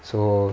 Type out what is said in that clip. so